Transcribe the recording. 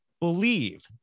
Believe